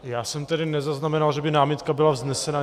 Já jsem tedy nezaznamenal, že by námitka byla vznesena.